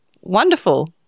wonderful